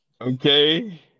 Okay